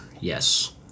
yes